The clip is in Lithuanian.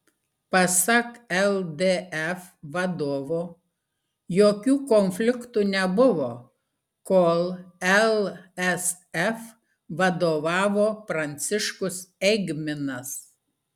pasak ldf vadovo jokių konfliktų nebuvo kol lsf vadovavo pranciškus eigminas